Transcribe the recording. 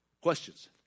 Questions